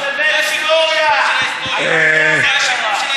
בושה וחרפה, אתה משכתב היסטוריה, אתה יודע מה קרה.